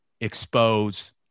expose